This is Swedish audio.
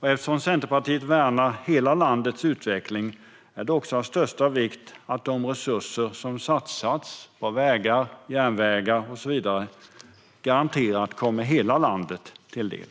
Eftersom Centerpartiet värnar om hela landets utveckling är det av största vikt att de resurser som satsas på vägar, järnvägar och så vidare garanterat kommer hela landet till del.